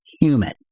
humid